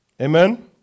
Amen